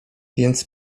więc